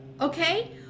Okay